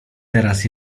teraz